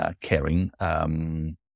caring